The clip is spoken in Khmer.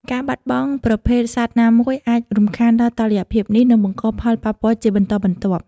ការបាត់បង់ប្រភេទសត្វណាមួយអាចរំខានដល់តុល្យភាពនេះ និងបង្កផលប៉ះពាល់ជាបន្តបន្ទាប់។